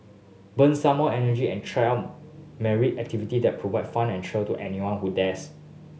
burn some more energy and try out myriad activity that provide fun and thrill to anyone who dares